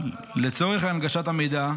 לצורך הנגשת המידע,